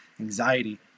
anxiety